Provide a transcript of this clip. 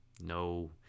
No